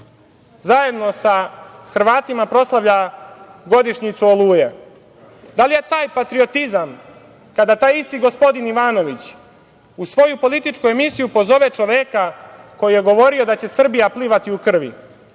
zajedno sa Hrvatima proslavlja godišnjicu Oluje? Da li je taj patriotizam kada taj isti gospodin Ivanović u svoju političku emisiju pozove čoveka koji je govorio da će Srbija plivati u krvi,